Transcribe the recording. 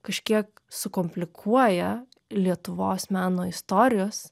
kažkiek sukomplikuoja lietuvos meno istorijos